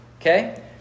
okay